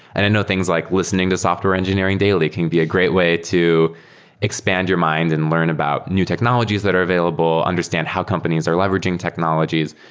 and i know things like listening to software engineering daily can be a great way to expand your mind and learn about new technologies that are available, understand how companies are leveraging technologies.